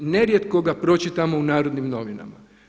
Nerijetko ga pročitamo u Narodnim novinama.